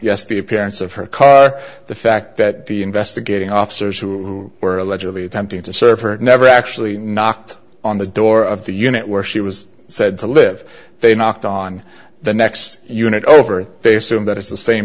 yes the appearance of her car the fact that the investigating officers who were allegedly attempting to serve her never actually knocked on the door of the unit where she was said to live they knocked on the next unit over they assume that it's the same